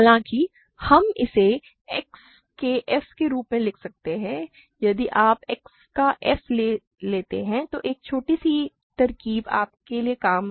हालाँकि हम इसे X के f के रूप में लेते हैं यदि आप X का f लेते हैं तो एक छोटी सी तरकीब आपके लिए काम करेगी